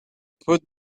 put